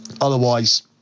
Otherwise